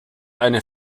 eine